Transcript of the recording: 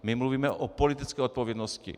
My mluvíme o politické odpovědnosti.